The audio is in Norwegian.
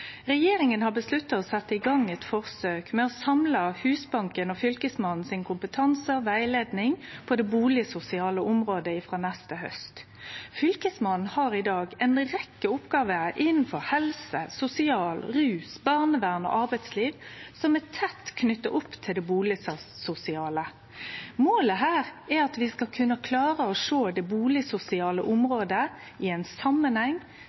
Regjeringa har vedteke å setje i gang eit forsøk med å samle kompetanse og rettleiing frå Husbanken og fylkesmannen på det bustadsosiale området frå neste haust. Fylkesmannen har i dag ei rekkje oppgåver innanfor felta helse, sosial, rus, barnevern og arbeidsliv, som er tett knytte opp til det bustadsosiale. Målet her er at vi skal kunne klare å sjå det bustadsosiale området i ein samanheng